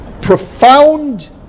profound